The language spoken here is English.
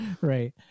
Right